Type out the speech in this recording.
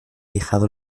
dejado